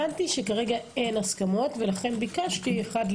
כרגע אין הסכמות ולכן ביקשתי אחת,